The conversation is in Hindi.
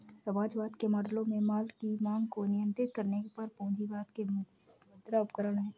समाजवाद के मॉडलों में माल की मांग को नियंत्रित करने और पूंजीवाद के मुद्रा उपकरण है